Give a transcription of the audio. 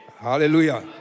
Hallelujah